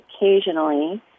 occasionally